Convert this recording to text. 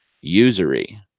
usury